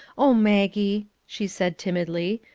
oh, maggie, she said timidly,